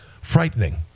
frightening